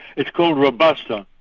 it's called robusta,